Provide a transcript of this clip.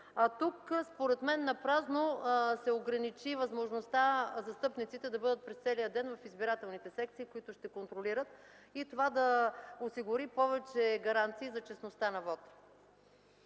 тук според мен напразно се ограничи възможността застъпниците да бъдат през целия ден в избирателните секции, които ще контролират, и това да осигури повече гаранции за честността на вота.